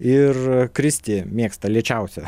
ir kristė mėgsta lėčiausią